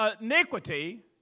iniquity